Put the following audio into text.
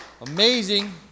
amazing